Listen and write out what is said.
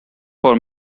for